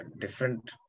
different